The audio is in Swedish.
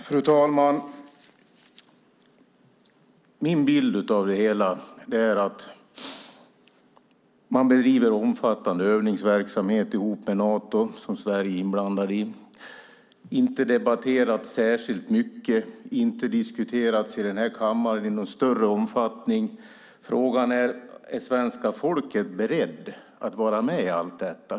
Fru talman! Min bild av det hela är att man bedriver en omfattande övningsverksamhet tillsammans med Nato, som Sverige alltså är inblandat i. Det har inte diskuterats särskilt mycket och inte heller debatterats i denna kammare i någon större omfattning. Frågan är om svenska folket är berett att vara med i allt detta.